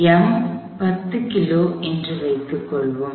M 10 kilo என்று வைத்து கொள்ளவோம்